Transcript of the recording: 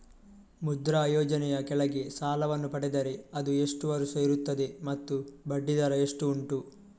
ಮುದ್ರಾ ಯೋಜನೆ ಯ ಕೆಳಗೆ ಸಾಲ ವನ್ನು ಪಡೆದರೆ ಅದು ಎಷ್ಟು ವರುಷ ಇರುತ್ತದೆ ಮತ್ತು ಬಡ್ಡಿ ದರ ಎಷ್ಟು ಉಂಟು?